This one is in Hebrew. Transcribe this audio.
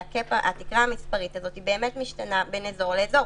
והתקרה המספרית הזאת משתנה בין אזור לאזור.